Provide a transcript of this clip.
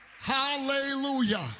Hallelujah